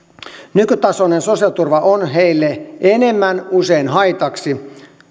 nykytasoinen sosiaaliturva on heille usein enemmän haitaksi